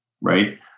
right